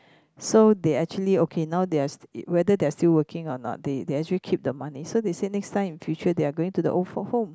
so they actually okay now they're s~ whether they still working or not they they actually keep the money so they say next time in future they are going to the old folk home